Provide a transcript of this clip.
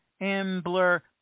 Ambler